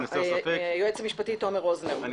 בבקשה, היועץ המשפטי תומר רוזנר.